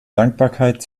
dankbarkeit